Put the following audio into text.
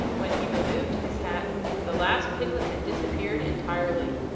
when he removed his hat the last piglet had disappeared entirely.